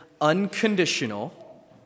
unconditional